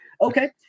Okay